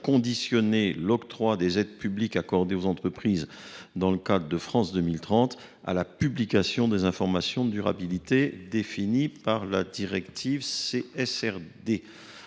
conditionnant l’octroi des aides publiques accordées aux entreprises dans le cadre du plan France 2030 à la publication des informations de durabilité définies par la directive CSRD.